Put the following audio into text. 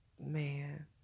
man